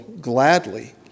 gladly